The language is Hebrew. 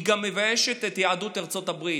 היא מביישת גם את יהדות ארצות הברית,